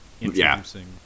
introducing